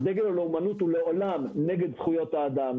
דגל הלאומנות הוא לעולם נגד זכויות האדם,